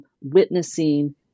witnessing